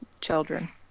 children